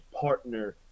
partner